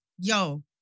Yo